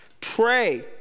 Pray